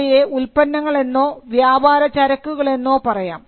അവയെ ഉൽപ്പന്നങ്ങൾ എന്നോ വ്യാപാര ചരക്കുകൾ എന്നോ പറയാം